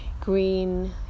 green